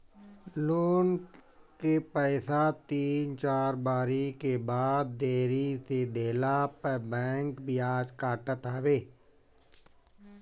loan के पईसा तीन चार बारी के बाद देरी से देहला पअ बैंक बियाज काटत हवे